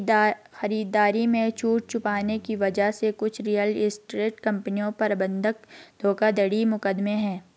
खरीदारी में छूट छुपाने की वजह से कुछ रियल एस्टेट कंपनियों पर बंधक धोखाधड़ी के मुकदमे हैं